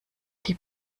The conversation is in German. die